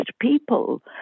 people